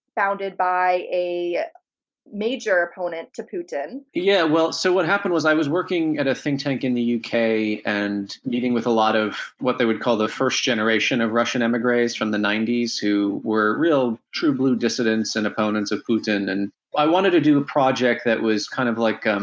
founded by a major opponent to putin. yeah, well, so what happened was i was working at a think tank in the you know uk and meeting with a lot of what they would call the first generation of russian emigres from the ninety s, who were real true-blue dissidents and opponents of putin. and i wanted to do a project that was kind of like, um